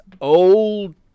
old